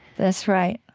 that's right.